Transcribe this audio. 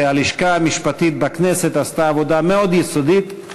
שהלשכה המשפטית בכנסת עשתה עבודה מאוד יסודית.